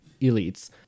elites